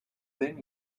then